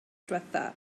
ddiwethaf